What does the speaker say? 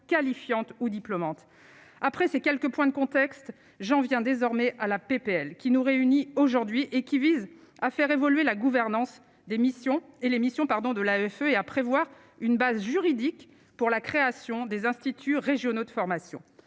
qualifiantes ou diplômantes après ces quelques points de contexte j'en viens désormais à la PPL qui nous réunit aujourd'hui et qui vise à faire évoluer la gouvernance des missions et l'émission, pardon de l'AFE est à prévoir une base juridique pour la création des instituts régionaux de formation,